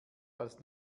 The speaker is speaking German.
als